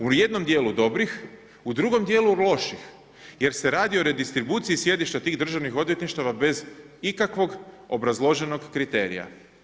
U jednom dijelu dobrih u drugom dijelu loših jer se radi o redistribuciji sjedišta tih Državnih odvjetništava bez ikakvog obrazloženog kriterija.